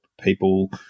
people